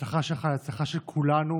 ההצלחה שלך היא ההצלחה של כולנו,